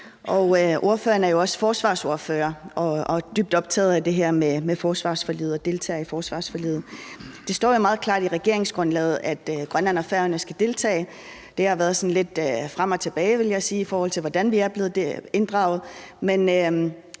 af det her med forsvarsforliget og deltager i forsvarsforliget. Det står jo meget klart i regeringsgrundlaget, at Grønland og Færøerne skal deltage. Det har været sådan lidt frem og tilbage, vil jeg sige, i forhold til hvordan vi er blevet inddraget.